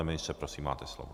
Pane ministře, prosím, máte slovo.